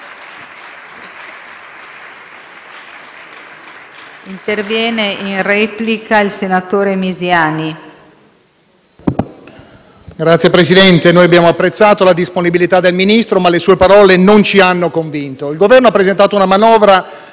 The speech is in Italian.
Signor Presidente, noi abbiamo apprezzato la disponibilità del Ministro, ma le sue parole non ci hanno convinto. Il Governo ha presentato una manovra